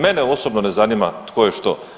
Mene osobno ne zanima tko je što.